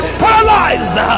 paralyzed